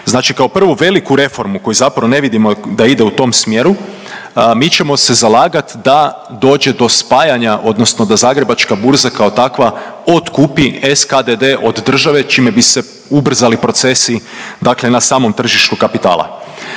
Znači kao prvu veliku reformu koju zapravo ne vidimo da ide u tom smjeru, mi ćemo se zalagat da dođe do spajanja odnosno da Zagrebačka burza kao takva otkupi SKDD od države, čime bi se ubrzali procesi dakle na samom tržištu kapitala.